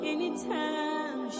Anytime